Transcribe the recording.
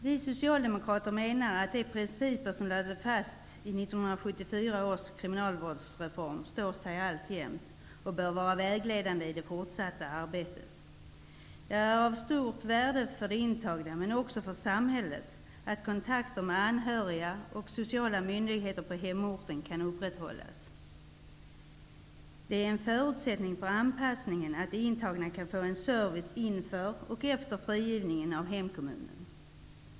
Vi socialdemokrater menar att de principer som lades fast i 1974 års kriminalvårdsreform alltjämt står sig och bör vara vägledande i det fortsatta arbetet. Det är av stort värde för de intagna, men också för samhället, att kontakter med anhöriga och sociala myndigheter på hemorten kan upprätthållas. Det är en förutsättning för de intagnas anpassning att de av hemkommunen kan få en service inför och efter frigivningen.